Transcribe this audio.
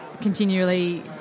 continually